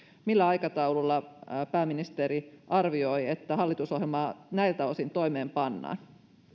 millä aikataululla pääministeri arvioi että hallitusohjelmaa näiltä osin toimeenpannaan